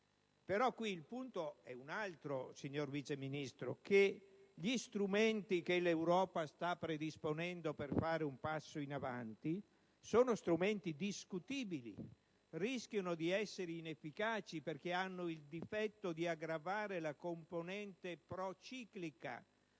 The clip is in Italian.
però, il punto è un altro. Infatti, signor Vice Ministro, gli strumenti che l'Europa sta predisponendo per compiere un passo in avanti sono discutibili e rischiano di essere inefficaci, perché hanno il difetto di aggravare la componente prociclica degli